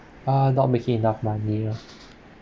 uh not making enough money lor